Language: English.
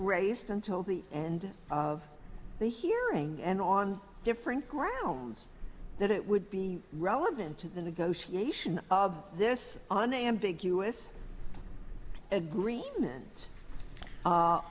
raised until the end of the hearing and on different grounds that it would be relevant to the negotiation of this an ambiguous a